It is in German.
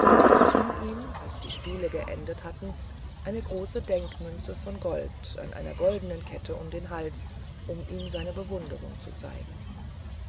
und hing ihm als die spiele geendet hatten eine große denkmünze von gold an einer goldenen kette um den hals um ihm seine bewunderung zu bezeigen